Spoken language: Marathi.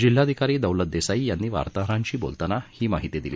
जिल्हाधिकारी दौलत देसाई यांनी वार्ताहरांशी बोलताना ही माहिती दिली